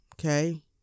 Okay